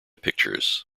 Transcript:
pictures